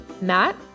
Matt